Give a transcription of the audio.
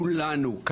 כולנו,